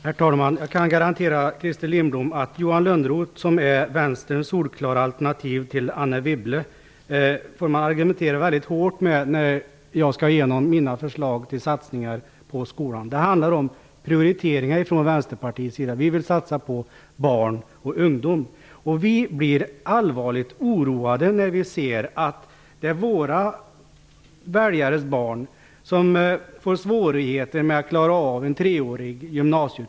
Herr talman! Jag kan garantera Christer Lindblom att jag får argumentera mycket hårt med Johan Lönnroth -- som är vänsterns solklara alternativ till Anne Wibble -- när jag skall ha igenom mina förslag till satsningar på skolan. Det handlar om prioriteringar från Vänsterpartiet. Vi vill satsa på barn och ungdom. Vi blir allvarligt oroade när vi ser att det är våra väljares barn som får svårigheter med att klara av en treårig gymnasieutbildning.